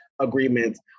agreements